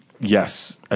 Yes